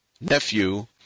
nephew